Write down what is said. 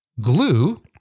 Glue